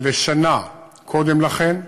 לשנה קודם לכן,